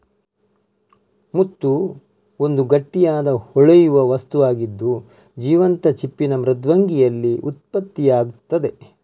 ಮುತ್ತು ಒಂದು ಗಟ್ಟಿಯಾದ, ಹೊಳೆಯುವ ವಸ್ತುವಾಗಿದ್ದು, ಜೀವಂತ ಚಿಪ್ಪಿನ ಮೃದ್ವಂಗಿಯಲ್ಲಿ ಉತ್ಪತ್ತಿಯಾಗ್ತದೆ